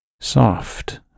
Soft